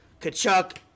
Kachuk